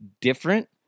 different